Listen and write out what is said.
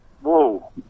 whoa